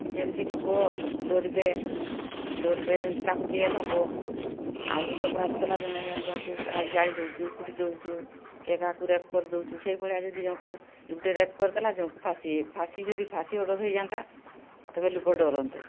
ଯେମିତି ଲୋକ ଡରିବେ ଡରିବେ ଯେମିତି ତାଙ୍କୁ ଜେଲ୍ ହେବ ଆଉ ଗୋଟେ ଅପରାଧ କଲା ଜଣେ ଜଣକୁ ଜାଳିଦେଉଛୁ ପୋଡ଼ି ଦେଉଛୁ କିଏ କାହାକୁ ରେପ୍ କରିଦେଉଛି ସେଇ ଭଳିଆ ଯଦି ଜଣକୁ ଗୋଟେ ରେପ୍ କରିଦେଲା ଜଣକୁ ଫାଶୀ ଫାଶୀ ଯଦି ଫାଶୀ ଅର୍ଡ଼ର୍ ହେଇଯାଆନ୍ତା ତେବେ ଲୋକ ଡରନ୍ତେ